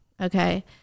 Okay